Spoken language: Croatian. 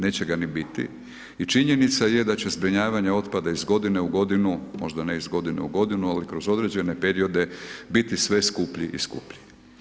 Neće ga ni biti i činjenica je da će zbrinjavanje otpada iz godine u godinu, možda ne iz godine u godinu, ali kroz određene periode biti sve skuplji i skuplji.